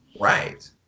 Right